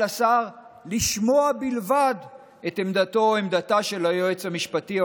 על השר לשמוע בלבד את עמדתו או עמדתה של היועץ המשפטי או